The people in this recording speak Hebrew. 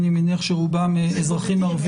אני מניח שרובם אזרחים ערביים.